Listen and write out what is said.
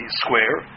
square